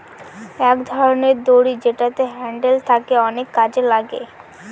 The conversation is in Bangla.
এক ধরনের দড়ি যেটাতে হ্যান্ডেল থাকে অনেক কাজে লাগে